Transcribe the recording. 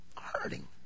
hurting